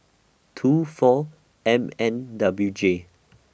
two four M N W J